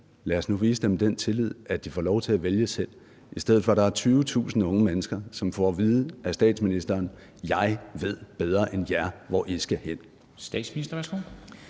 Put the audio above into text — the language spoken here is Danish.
Lad os nu vise dem den tillid, at de får lov til at vælge selv, i stedet for at der er 20.000 unge mennesker, som får at vide af statsministeren: Jeg ved bedre end jer, hvor I skal hen. Kl.